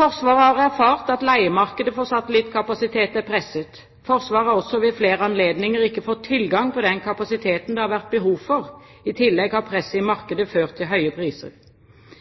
Forsvaret har erfart at leiemarkedet for satellittkapasitet er presset. Forsvaret har også ved flere anledninger ikke fått tilgang på den kapasiteten det har vært behov for. I tillegg har presset i